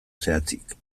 zehatzik